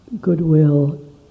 goodwill